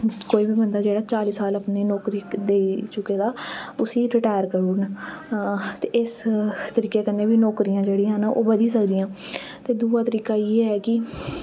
कोई वी बंदा जेह्ड़ा चाली साल अपनी नौकरी देई चुके दा उस्सी रिटैर करी ओड़न ते इस तरीके कन्नै वी नौकरियां जेह्ड़ियां न ओह् बधी सकदियां ते दुआ तरीके इयै कि